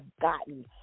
gotten